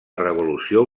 revolució